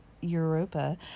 Europa